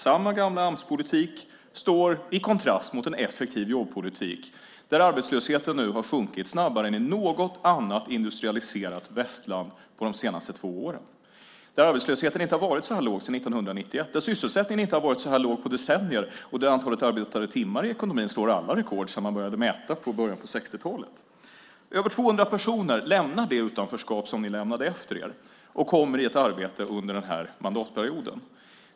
Samma gamla Amspolitik står i kontrast mot en effektiv jobbpolitik där arbetslösheten nu har sjunkit snabbare än i något annat industrialiserat västland på de senaste två åren. Arbetslösheten har inte varit så här låg sedan 1991. Sysselsättningen har inte varit så här låg på decennier. Antalet arbetade timmar i ekonomin slår alla rekord sedan man började mäta i början av 60-talet. Över 200 000 personer lämnar det utanförskap som ni lämnade efter er och kommer i ett arbete under den här mandatperioden.